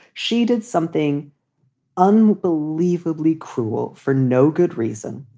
she did something unbelievably cruel for no good reason.